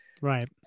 Right